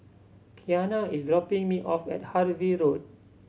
Qiana is dropping me off at Harvey Road